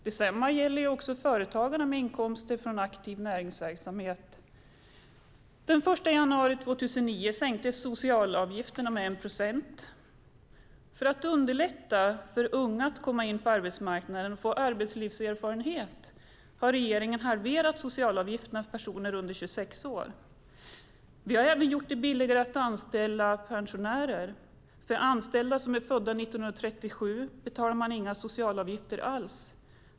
Detsamma gäller för företagare med inkomster från aktiv näringsverksamhet. Den 1 januari 2009 sänktes socialavgifterna med 1 procent. För att underlätta för unga att komma in på arbetsmarknaden och få arbetslivserfarenhet har regeringen halverat socialavgifterna för personer under 26 år. Vi har även gjort det billigare att anställa pensionärer. För anställda som är födda 1937 betalar man inga socialavgifter alls.